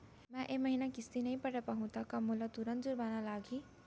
मैं ए महीना किस्ती नई पटा पाहू त का मोला तुरंत जुर्माना लागही?